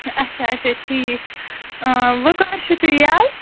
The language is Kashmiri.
اَچھا اَچھا ٹھیٖک وۅنۍ کر چھُو تُہۍ یَلہٕ